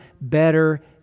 better